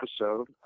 episode